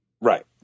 Right